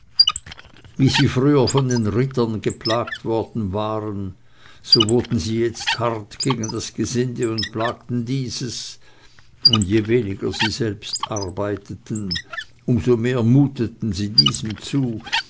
wie sie früher von den rittern geplagt worden waren so wurden sie jetzt hart gegen das gesinde und plagten dieses und je weniger sie selbst arbeiteten um so mehr muteten sie diesen zu